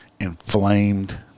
inflamed